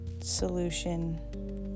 solution